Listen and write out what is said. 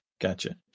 Gotcha